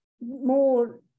more